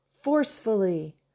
forcefully